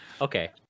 Okay